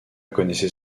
connaissez